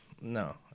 No